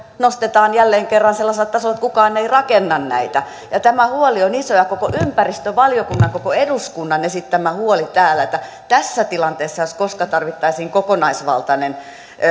nostetaan jälleen kerran sellaiselle tasolle että kukaan ei rakenna näitä tämä on iso ja koko ympäristövaliokunnan koko eduskunnan esittämä huoli ja tässä tilanteessa jos missä tarvittaisiin kokonaisvaltainen